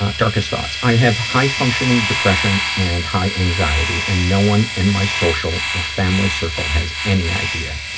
darkest thought, i have high-functioning depression and high anxiety and no one in my social or family circle has any idea.